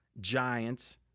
Giants